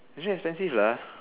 actual expensive lah